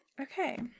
Okay